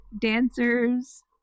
dancers